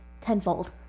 tenfold